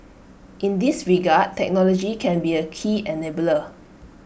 in this regard technology can be A key enabler